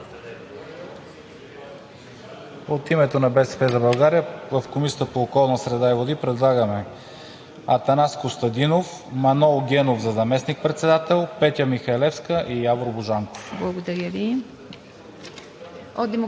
От името на „БСП за България“ в Комисията по околната среда и водите предлагаме Атанас Костадинов, Манол Генов за заместник-председател, Петя Михайлевска и Явор Божанков. ПРЕДСЕДАТЕЛ